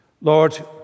Lord